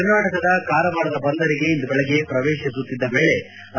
ಕರ್ನಾಟಕದ ಕಾರವಾರ ಬಂದರಿಗೆ ಇಂದು ಬೆಳಗ್ಗೆ ಪ್ರವೇಶಿಸುತ್ತಿದ್ದ ವೇಳೆ ಐ